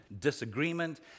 disagreement